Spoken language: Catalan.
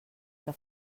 que